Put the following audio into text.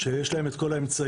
שיש להם את כל האמצעים,